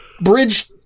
bridge